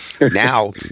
now